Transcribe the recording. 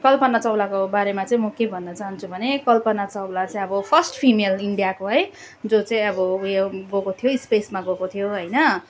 कल्पना चावलाको बारेमा चाहिँ म के भन्न चाहन्छु भने कल्पना चावला चाहिँ अब फर्स्ट फिमेल इन्डियाको है जो चाहिँ अब उयो गएको थियो स्पेसमा गएको थियो होइन